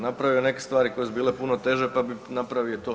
Napravio je neke stvari koje su bile puno teže pa bi napravio i to.